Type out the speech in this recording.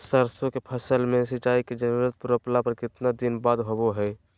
सरसों के फसल में सिंचाई के जरूरत रोपला के कितना दिन बाद होबो हय?